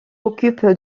occupent